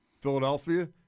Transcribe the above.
Philadelphia